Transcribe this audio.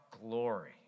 glory